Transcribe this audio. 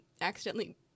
accidentally